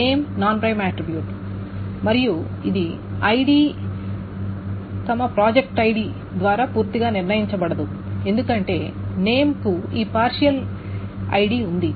name non prime attribute మరియు ఇది ID project ID ద్వారా పూర్తిగా నిర్ణయించబడదు ఎందుకంటే నేమ్ కు ఈ పార్షియల్ ఐడి ఉంది